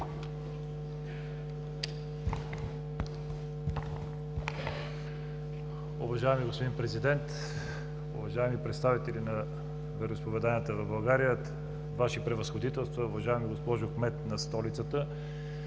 Уважаеми господин Президент, уважаеми представители на вероизповеданията в България, Ваши превъзходителства, уважаема госпожо Кмет на столицата,